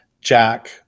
Jack